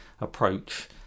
approach